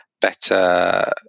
better